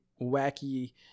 wacky